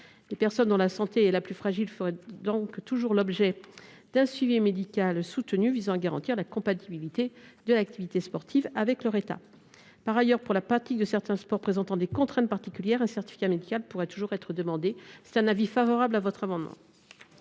Les personnes dont la santé est la plus fragile feraient donc toujours l’objet d’un suivi médical soutenu visant à garantir la compatibilité de l’activité sportive avec leur état. Par ailleurs, pour la pratique de certains sports présentant des contraintes particulières, un certificat médical pourrait toujours être demandé. La commission a donc émis un avis favorable sur cet amendement.